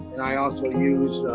and i also use,